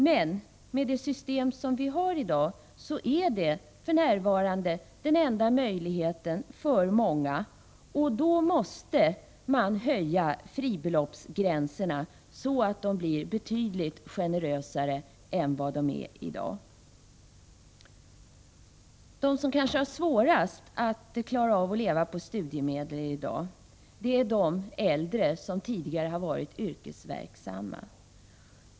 Men med det system som vi har i dag är det för närvarande den enda möjligheten för många, och därför måste man höja de s.k. fribeloppsgränserna så att de blir betydligt generösare än i dag. De som kanske har svårast att klara av att leva på studiemedel är de äldre som tidigare har varit yrkesverksamma.